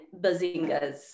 bazingas